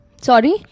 Sorry